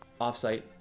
offsite